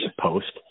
post